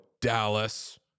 Dallas